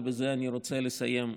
ובזה אני רוצה לסיים,